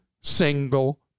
single